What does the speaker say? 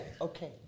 okay